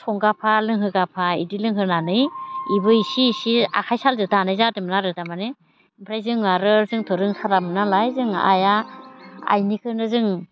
संगाफा लोंहोगाफा बिदि लोंहोनानै बिबो इसे इसे आखाइ सालजों दानाय जादोंमोन आरो तारमाने ओमफ्राय जों आरो जोंथ' रोंथारामोन नालाय जोंहा आइया आइनिखौनो जोङो